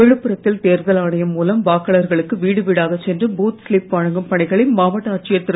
விழுப்புரத்தில் தேர்தல் ஆணையம் மூலம் வாக்காளர்களுக்கு வீடு வீடாகச் சென்று பூத் சிலிப் வழங்கும் பணிகளை மாவட்ட ஆட்சியர் திரு